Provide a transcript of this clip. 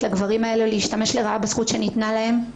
לגברים האלה להשתמש ברעה בזכות שניתנה להם.